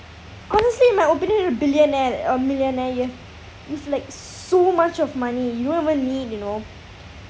honestly in my opinion of billionaire a millionaire you have you have like so much of money you won't even need you know